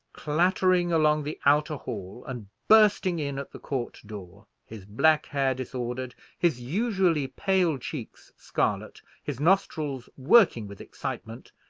clattering along the outer hall, and bursting in at the court door, his black hair disordered, his usually pale cheeks scarlet, his nostrils working with excitement,